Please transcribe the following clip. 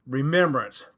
remembrance